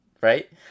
Right